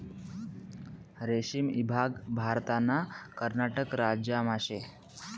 रेशीम ईभाग भारतना कर्नाटक राज्यमा शे